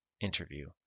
interview